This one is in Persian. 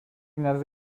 نزد